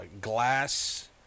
glass –